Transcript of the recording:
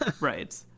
right